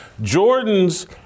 Jordan's